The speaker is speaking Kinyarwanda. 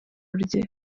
rye